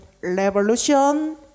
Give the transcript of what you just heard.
revolution